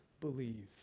believe